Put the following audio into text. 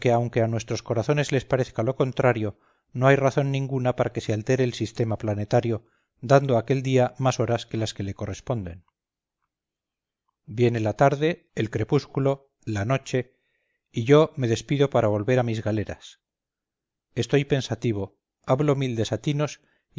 aunque a nuestros corazones les parezca lo contrario no hay razón ninguna para que se altere el sistema planetario dando a aquel día más horas que las que le corresponden viene la tarde el crepúsculo la noche y yo me despido para volver a mis galeras estoy pensativo hablo